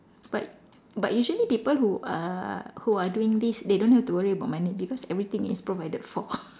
but but usually people who are who are doing this they don't have to worry about money because everything is provided for